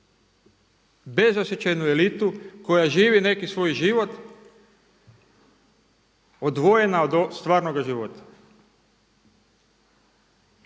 bezosjećajnu elitu koja živi neki svoj život odvojena od stvarnoga života.